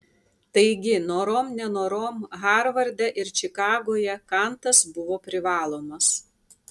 taigi norom nenorom harvarde ir čikagoje kantas buvo privalomas